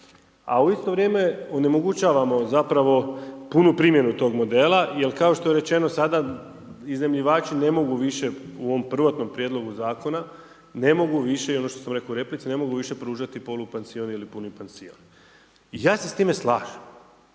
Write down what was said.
a u isto vrijeme onemogućavamo zapravo punu primjenu tog modela. Jer kao što je rečeno sada iznajmljivači ne mogu više u ovom prvotnom prijedlogu zakona ne mogu više i ono što sam rekao u replici ne mogu više pružati polupansion ili puni pansion. I ja se s time slažem.